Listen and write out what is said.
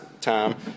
time